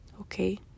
okay